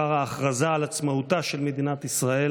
לאחר ההכרזה על עצמאותה של מדינת ישראל,